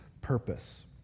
purpose